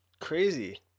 crazy